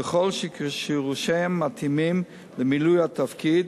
ככל שכישוריהם מתאימים למילוי התפקיד.